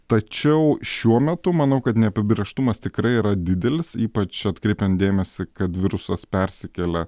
tačiau šiuo metu manau kad neapibrėžtumas tikrai yra didelis ypač atkreipiant dėmesį kad virusas persikelia